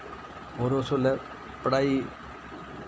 और उस बेल्लै पढ़ाई